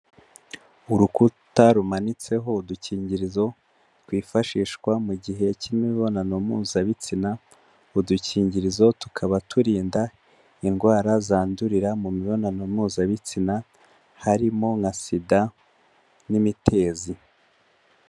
Urukuta rumanitseho udukingirizo, twifashishwa mu gihe k'imibonano mpuzabitsina, udukingirizo tukaba turinda indwara zandurira mu mibonano mpuzabitsina, harimo nka SIDA n'imitezi.